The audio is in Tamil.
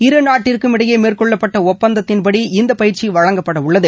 இரு நாட்டிற்கும் இடையே மேற்கொள்ளப்பட்ட ஒப்பந்தத்தின்படி இந்த பயிற்சி வழங்கப்படவுள்ளது